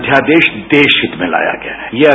ये अध्यादेश देश हित में लाया गया है